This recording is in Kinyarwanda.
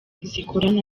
zikorana